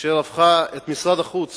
אשר הפכה את משרד החוץ